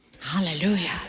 Hallelujah